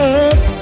up